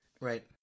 Right